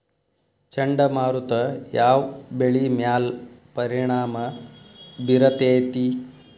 ಚಂಡಮಾರುತ ಯಾವ್ ಬೆಳಿ ಮ್ಯಾಲ್ ಪರಿಣಾಮ ಬಿರತೇತಿ?